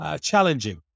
Challenging